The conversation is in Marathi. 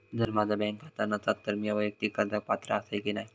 जर माझा बँक खाता नसात तर मीया वैयक्तिक कर्जाक पात्र आसय की नाय?